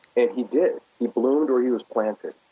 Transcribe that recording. and he did. he bloomed where he was planted.